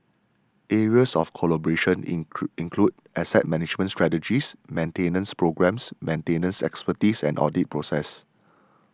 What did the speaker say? areas of collaboration include asset management strategies maintenance programmes maintenance expertise and audit processes